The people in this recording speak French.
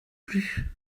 plus